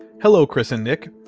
hello, chris and nick,